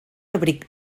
abric